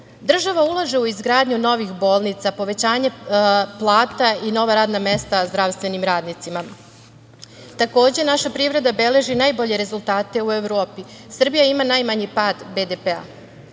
ulaže u izgradnju novih bolnica, povećanje plata i nova radna mesta zdravstvenim radnicima. Takođe, naša privreda beleži najbolje rezultate u Evropi. Srbija ima najmanji pad BDP.Sve